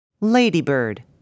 Ladybird